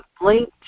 link